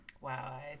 Wow